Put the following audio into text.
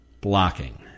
blocking